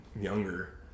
younger